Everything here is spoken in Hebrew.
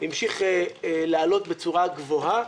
המשיך לעלות בצורה גבוהה.